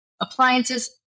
appliances